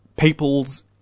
People's